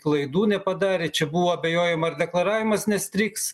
klaidų nepadarė čia buvo abejojama ar deklaravimas nestrigs